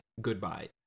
goodbye